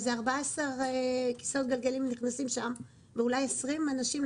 שנכנסים בו 14 כיסאות גלגלים ואולי 20 אנשים,